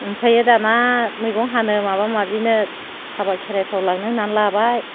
ओमफ्रायो दाना मैगं हानो माबा माबिनो हाबा खेराइफ्राव लांनो होनना लाबाय